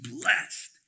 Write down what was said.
blessed